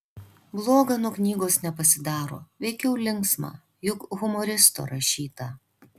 bloga nuo knygos nepasidaro veikiau linksma juk humoristo rašyta